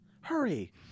Hurry